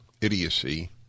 idiocy